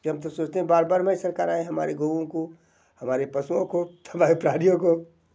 जी हम तो सोचते हैं बार बार हमारे सरकार आए हमारे गोओं को हमारे पशुओं को हमारे प्राहारियों को